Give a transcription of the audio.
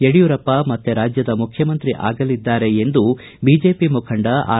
ಯಡಿಯೂರಪ್ಪ ಮತ್ತೆ ರಾಜ್ಯದ ಮುಖ್ಯಮಂತ್ರಿ ಆಗಲಿದ್ದಾರೆ ಎಂದು ಬಿಜೆಪಿ ಮುಖಂಡ ಆರ್